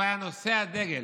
הוא היה נושא הדגל.